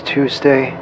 Tuesday